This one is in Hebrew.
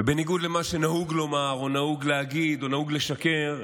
ובניגוד למה שנהוג לומר או נהוג להגיד או נהוג לשקר,